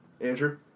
Andrew